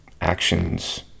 actions